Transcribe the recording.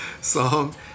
song